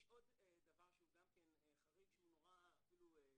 יש עוד דבר שהוא גם כן חריג שאני חושב שאפילו הוא